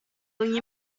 ogni